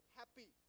happy